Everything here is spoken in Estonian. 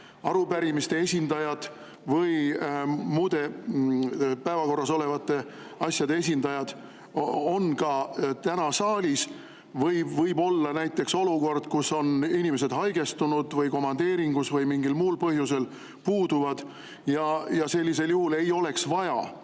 arupärimise või muude päevakorras olevate asjade esindajad on täna ka saalis. Võib olla näiteks olukord, et inimene on haigestunud, komandeeringus või mingil muul põhjusel puudub. Sellisel juhul ei oleks vaja